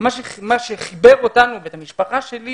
מה שחיבר אותנו ואת המשפחה שלי